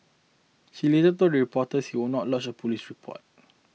she later told reporter he would not lodge a police report